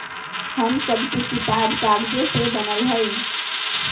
हमर सभके किताब कागजे से बनल हइ